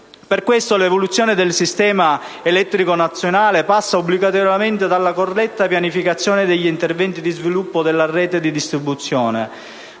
Per questo, l'evoluzione del sistema elettrico nazionale passa obbligatoriamente dalla corretta pianificazione degli interventi di sviluppo della rete di distribuzione.